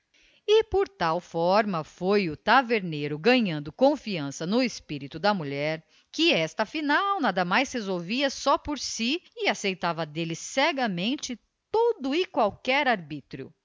por tal forma foi o taverneiro ganhando confiança no espírito da mulher que esta afinal nada mais resolvia só por si e aceitava dele cegamente todo e qualquer arbítrio